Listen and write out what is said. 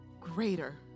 greater